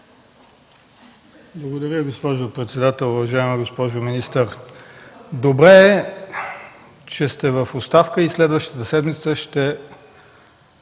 Благодаря, госпожо председател. Уважаема госпожо министър, добре е, че сте в оставка и следващата седмица ще